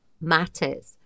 matters